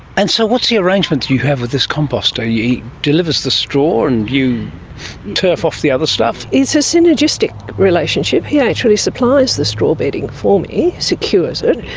and so what's the arrangement you have with this composter? he delivers the straw and you turf off the other stuff? it's a synergistic relationship. he actually supplies the straw bedding for me, secures it,